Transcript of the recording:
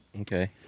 Okay